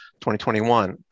2021